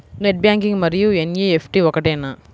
Net banking మరియు NEFT ఒకటేనా?